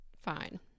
fine